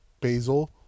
basil